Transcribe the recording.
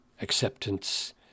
acceptance